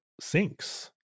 sinks